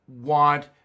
want